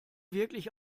wirklich